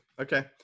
Okay